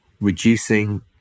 reducing